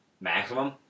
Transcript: maximum